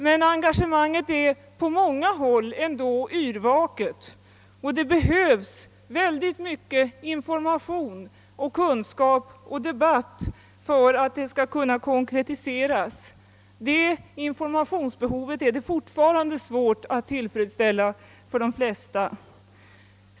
Men engagemanget är ändå på många håll yrvaket och det behövs mycken information, kunskap och debatt för att det skall kunna konkretiseras. Informationsbehovet i detta avseende är fortfarande svårt att tillfredsställa för de flesta.